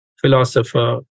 philosopher